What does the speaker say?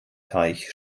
teich